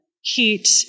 heat